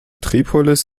tripolis